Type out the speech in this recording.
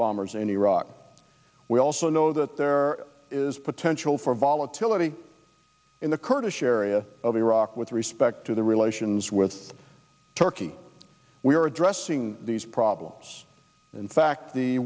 bombers in iraq we also know that there is potential for volatility in the kurdish area of iraq with respect to the relations with turkey we are addressing these problems in fact